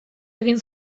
egin